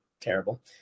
terrible